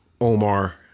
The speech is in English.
Omar